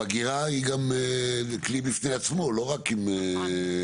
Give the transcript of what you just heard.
אגירה היא גם כלי בפני עצמו, לא רק עם סולרי.